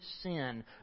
sin